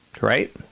right